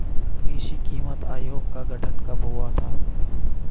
कृषि कीमत आयोग का गठन कब हुआ था?